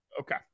Okay